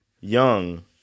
young –